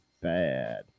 bad